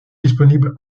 disponible